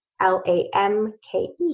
L-A-M-K-E